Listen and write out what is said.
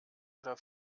oder